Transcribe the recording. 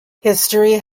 history